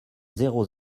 zéro